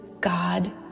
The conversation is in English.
God